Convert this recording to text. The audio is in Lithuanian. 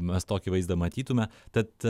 mes tokį vaizdą matytume tad